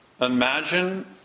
imagine